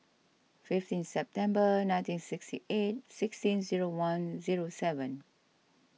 fifteen September nineteen sixty eight sixteen zero one zero seven